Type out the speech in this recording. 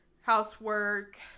housework